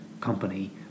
company